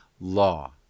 law